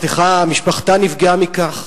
משפחתה נפגעה מכך,